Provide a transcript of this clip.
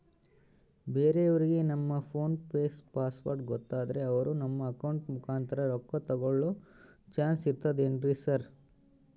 ಬೇರೆಯವರಿಗೆ ನಮ್ಮ PhonePe password ಗೊತ್ತಾದ್ರೆ ಅವರು ನಮ್ಮ ಅಕೌಂಟ್ ಮುಖಾಂತರ ರೊಕ್ಕ ತಕ್ಕೊಳ್ಳೋ ಚಾನ್ಸ್ ಇರ್ತದೆನ್ರಿ ಸರ್?